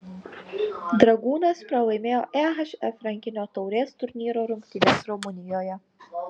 dragūnas pralaimėjo ehf rankinio taurės turnyro rungtynes rumunijoje